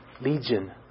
Legion